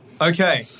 Okay